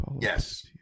Yes